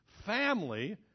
family